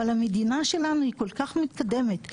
אבל המדינה שלנו כל כך מתקדמת בטכנולוגיות,